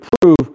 prove